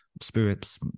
spirits